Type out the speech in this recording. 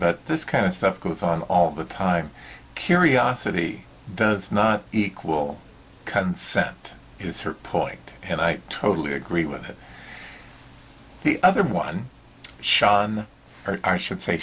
but this kind of stuff goes on all the time curiosity does not equal consent is her point and i totally agree with the other one xan or should say